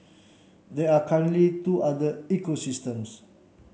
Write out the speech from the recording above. there are currently two other ecosystems